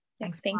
Thanks